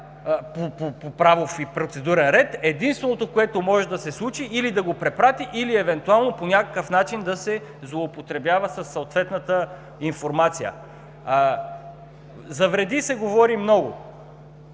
единственото, което може да се случи, е или да го препрати, или евентуално по някакъв начин да се злоупотребява със съответната информация. За вреди се говори много.